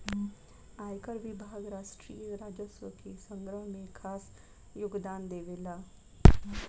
आयकर विभाग राष्ट्रीय राजस्व के संग्रह में खास योगदान देवेला